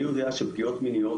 אני יודע שפגיעות מיניות,